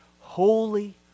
Holy